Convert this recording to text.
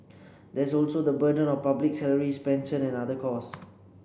there is also the burden of public salaries pensions and other costs